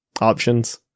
options